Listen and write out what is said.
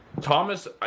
Thomas